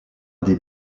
des